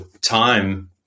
time